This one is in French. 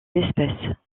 espèces